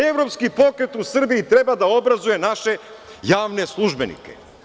Evropski pokret u Srbiji treba da obrazuje naše javne službenike.